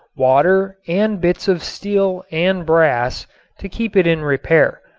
water and bits of steel and brass to keep it in repair.